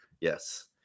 Yes